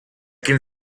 can